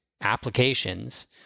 applications